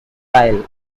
aisle